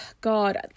God